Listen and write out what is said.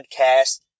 Podcast